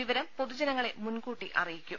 വിവരം പൊതുജന ങ്ങളെ മുൻകൂട്ടി അറിയിക്കും